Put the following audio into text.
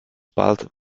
bald